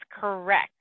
correct